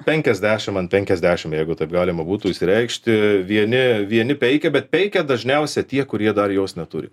penkiasdešimt ant penkiasdešimt jeigu taip galima būtų išsireikšti vieni vieni peikia bet peikia dažniausiai tie kurie dar jos neturi